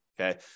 Okay